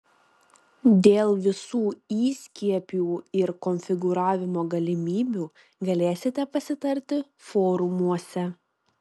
dėl visų įskiepių ir konfigūravimo galimybių galėsite pasitarti forumuose